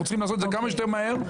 אנחנו צריכים לעשות את זה כמה שיותר מהר.